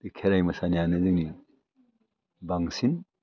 बे खेराइ मोसानायानो जोंनि बांसिन